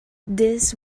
this